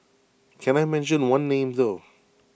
can I mention one name though